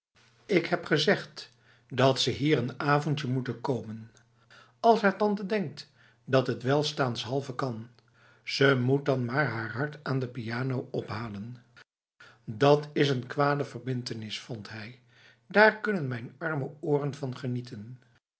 ik heb gezegd dat ze hier n avondje moeten komen als haar tante denkt dat het welstaanshalve kan ze moet dan maar haar hart aan de piano ophalen dat is een kwade verbintenis vond hij daar kunnen mijn arme oren van genieten